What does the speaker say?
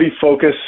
focus